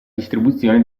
distribuzione